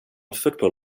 football